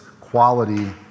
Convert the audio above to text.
quality